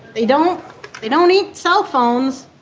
they don't they don't eat cell phones,